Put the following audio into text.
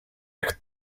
jak